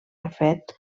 refet